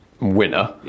winner